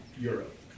Europe